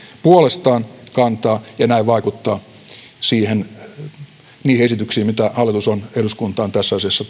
puolestaan kantaa ja näin vaikuttaa niihin esityksiin mitä hallitus on eduskuntaan tässä asiassa